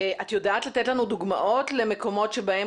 את יודעת לתת לנו דוגמאות למקומות שבהם